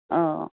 অঁ